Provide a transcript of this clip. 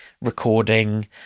recording